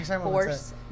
force